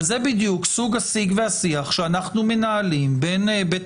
אבל זה בדיוק סוג השיג והשיח שאנחנו מנהלים בין בית